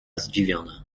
zdziwiona